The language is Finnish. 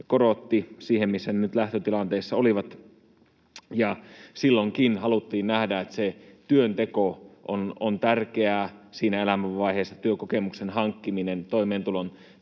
korotti siihen, missä ne nyt lähtötilanteessa olivat, ja silloinkin haluttiin nähdä, että se työnteko on tärkeää siinä elämänvaiheessa, työkokemuksen hankkiminen, toimeentulon